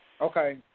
Okay